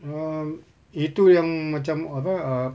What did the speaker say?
um itu yang macam apa err